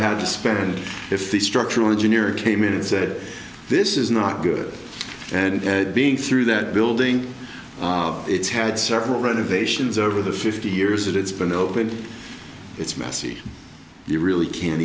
had to spare and if the structural engineer came in and said this is not good and being through that building it's had several renovations over the fifty years that it's been open it's messy you really can't